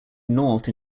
north